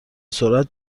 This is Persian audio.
سرعت